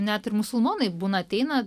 net ir musulmonai būna ateina